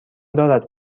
دارد